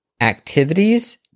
activities